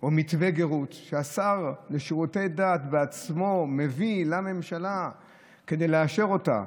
או מתווה גרות שהשר לשירותי דת בעצמו מביא לממשלה כדי לאשר אותו,